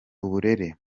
uburere